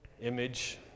image